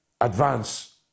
advance